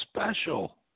special